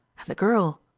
and the girl.